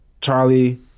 charlie